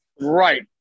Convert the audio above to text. Right